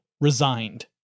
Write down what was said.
resigned